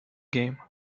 game